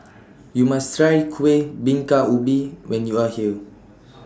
YOU must Try Kuih Bingka Ubi when YOU Are here